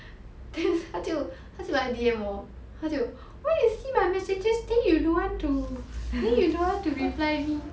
then 他就他就来 D_M 我他就 why you see my messages then you don't want to then you don't want to reply me